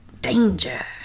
danger